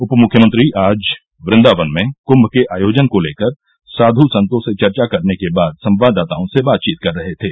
उप मुख्यमंत्री आज वन्दावन में कुम्म के आयोजन को लेकर साध् संतो से चर्चा करने के बाद संवाददाताओं से बातचीत कर रहे थे